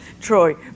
Troy